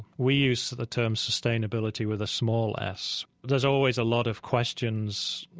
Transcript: we use the term sustainability with a small s. there's always a lot of questions.